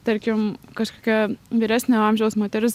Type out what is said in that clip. tarkim kažkokia vyresnio amžiaus moteris